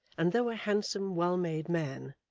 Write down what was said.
and though a handsome well-made man,